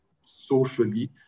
socially